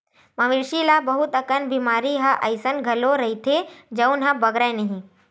मवेशी ल बहुत अकन बेमारी ह अइसन घलो रहिथे जउन ह बगरय नहिं